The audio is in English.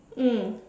mm